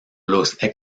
los